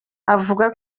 avuga